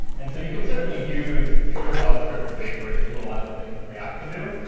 and so you can certainly use pure javascript or jquery to do a lot of the things that react can do.